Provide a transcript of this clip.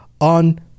on